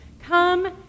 come